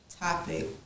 topic